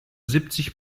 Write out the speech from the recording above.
siebzig